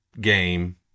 game